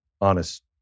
honest